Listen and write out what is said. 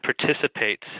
participates